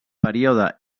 període